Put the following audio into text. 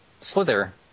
Slither